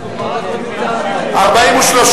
לשנות הכספים 2011 ו-2012, כהצעת הוועדה, נתקבל.